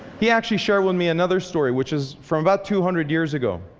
he actually shared with me another story, which is from about two hundred years ago.